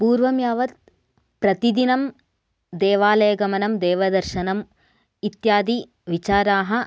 पूर्वं यावत् प्रतिदिनं देवालयगमनं देवदर्शनम् इत्यादि विचाराः